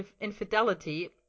infidelity